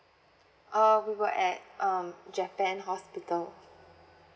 uh we were at um japan hospital